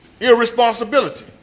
irresponsibility